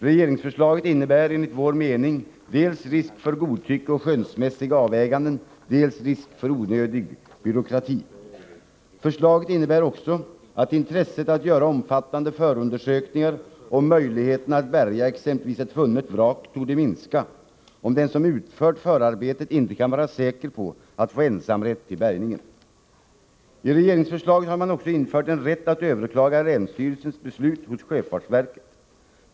Regeringsförslaget innebär enligt vår mening dels risk för godtycke och skönsmässiga avväganden, dels risk för onödig byråkrati. Förslaget innebär också att intresset för att göra omfattande förundersökningar av möjligheten att bärga exempelvis ett funnet vrak torde minska, om den som utfört förarbetet inte kan vara säker på att få ensamrätt till bärgningen. I regeringsförslaget har man också infört en rätt att överklaga länsstyrelsens beslut hos sjöfartsverket.